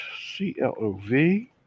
CLOV